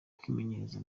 kwimenyereza